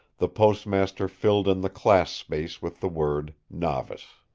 the postmaster filled in the class space with the word novice.